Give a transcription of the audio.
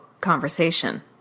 conversation